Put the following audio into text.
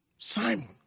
Simon